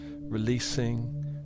releasing